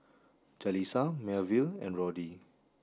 Jalissa Melville and Roddy